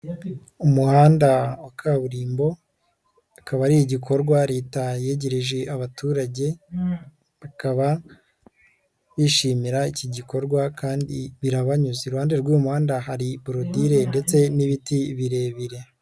Umuhanda wa kaburimbo akaba ari igikorwa Leta yegereje abaturage, bakaba bishimira iki gikorwa kandi birabanyuze, iruhande rw'uyu muhanda hari borodire ndetse n'ibiti birebire.